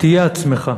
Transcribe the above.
תהיה עצמך.